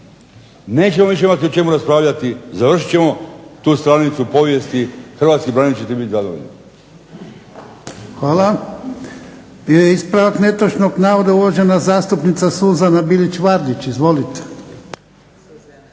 Nećemo više imati o čemu raspravljati, završit ćemo tu stranice povijesti, hrvatski branitelji će biti zadovoljni.